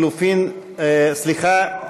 סליחה.